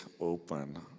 open